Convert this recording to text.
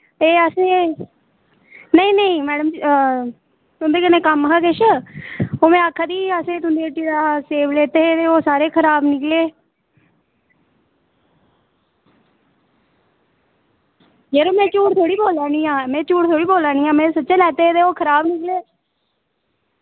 नेईं असें ई नेईं नेईं मैड़म जी तुंदे कन्नै कम्म हा किश ते में आक्खा दी ही की तुंदी हट्टिया सेव लैते हे ते ओह् सारे खराब निकले यरो में झूठ थोह्ड़े बोल्ला नी आं झूठ थोह्ड़े बोल्ला नी आं में सच्चें लैते हे ते ओह् खराब निकले